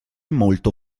molto